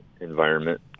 environment